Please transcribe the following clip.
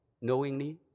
knowingly